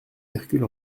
hercule